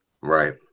Right